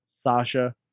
Sasha